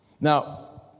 Now